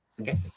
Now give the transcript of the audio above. Okay